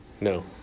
No